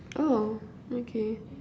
oh okay